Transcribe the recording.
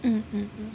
hmm hmm